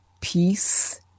peace